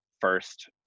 first